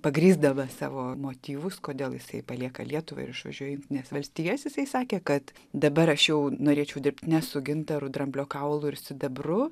pagrįsdavo savo motyvus kodėl jisai palieka lietuvą ir išvažiuoja į jungtines valstijas jisai sakė kad dabar aš jau norėčiau dirbti ne su gintaru dramblio kaulu ir sidabru